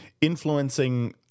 influencing